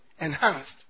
enhanced